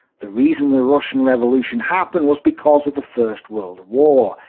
the reason the russian revolution happened was because of the first world war.